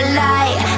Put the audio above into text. light